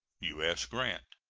u s. grant.